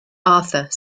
arthur